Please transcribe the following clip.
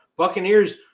Buccaneers